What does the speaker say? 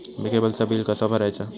केबलचा बिल कसा भरायचा?